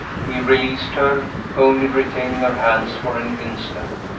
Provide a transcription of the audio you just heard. he released her, only retaining her hands for an instant,